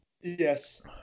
Yes